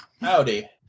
Howdy